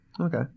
Okay